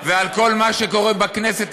ועל כל מה שקורה בכנסת,